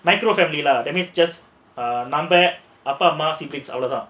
micro family lah that means just err அப்பா அம்மா:appa amma siblings அவ்ளோ தான்:avlo dhaan